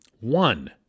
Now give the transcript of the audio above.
One